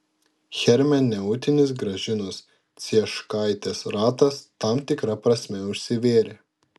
hermeneutinis gražinos cieškaitės ratas tam tikra prasme užsivėrė